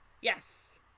Yes